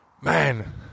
man